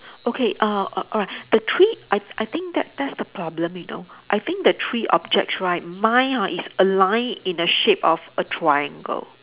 okay uh al~ alright the three I I think that that's the problem you know I think the three objects right mine hor is aligned in the shape of a triangle